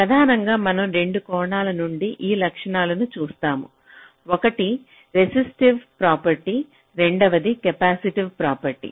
ప్రధానంగా మనం 2 కోణాల నుండి ఆ లక్షణాలను చూస్తాము ఒకటి రెసిస్టివ్ ప్రాపర్టీ రెండవది కెపాసిటివ్ ప్రాపర్టీ